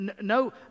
no